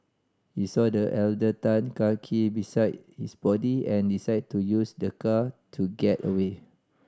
he saw the elder Tan car key beside his body and decided to use the car to get away